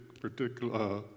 particular